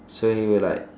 so he will like